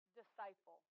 disciple